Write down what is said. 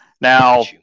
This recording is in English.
Now